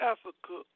Africa